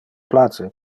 place